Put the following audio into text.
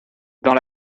dans